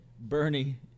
Bernie